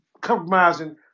compromising